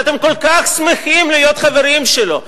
שאתם כל כך שמחים להיות חברים שלו?